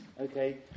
okay